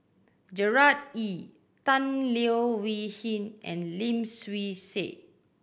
Gerard Ee Tan Leo Wee Hin and Lim Swee Say